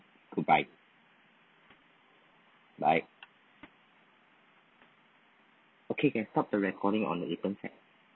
goodbye bye can stop the recording on the appen set